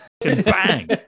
bang